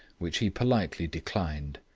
which he politely declined.